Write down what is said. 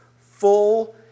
full